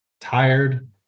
Tired